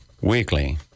weekly